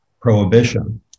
prohibition